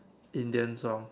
Indian song